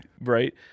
right